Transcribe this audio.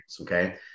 okay